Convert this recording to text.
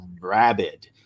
rabid